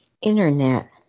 internet